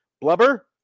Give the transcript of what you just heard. Blubber